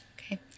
Okay